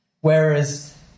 Whereas